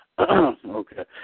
Okay